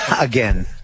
Again